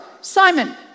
Simon